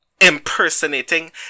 impersonating